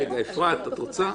אפשר --- אפרת, בבקשה.